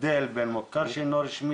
אפילו לא שקל.